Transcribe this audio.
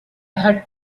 had